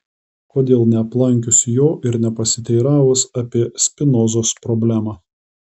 kodėl neaplankius jo ir nepasiteiravus apie spinozos problemą